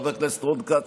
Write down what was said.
חבר הכנסת רון כץ,